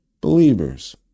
believers